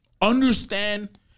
Understand